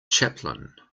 chaplain